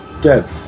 dead